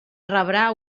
rebrà